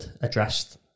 addressed